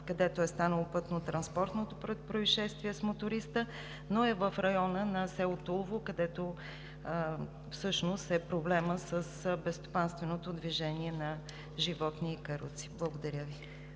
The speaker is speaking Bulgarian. където е станало пътнотранспортното произшествие с моториста, но е в района на село Тулово, където е проблемът с безстопанственото движение на животни и каруци. Благодаря Ви.